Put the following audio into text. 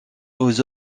aux